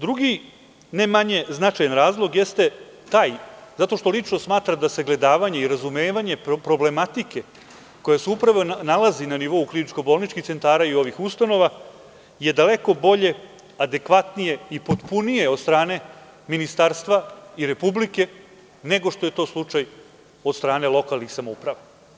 Drugi, ne manje značajan razlog jeste taj, zato što lično smatra da sagledavanje i razumevanje problematike, koja se upravo nalazi na nivou kliničko-bolničkih centara i ovih ustanova, daleko je bolje, adekvatnije i potpunije od strane Ministarstva i Republike, nego što je to slučaj od strane lokalnih samouprava.